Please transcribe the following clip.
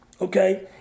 okay